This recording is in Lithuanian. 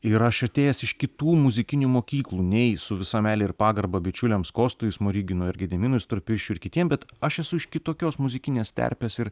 ir aš atėjęs iš kitų muzikinių mokyklų nei su visa meile ir pagarba bičiuliams kostui smoriginui ar gediminui storpirščiui ir kitiem bet aš esu iš kitokios muzikinės terpės ir